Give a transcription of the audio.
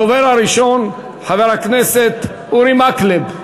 הדובר הראשון, חבר הכנסת אורי מקלב.